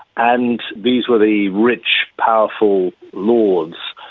and these were the rich powerful lords.